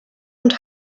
und